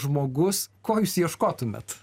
žmogus ko jūs ieškotumėt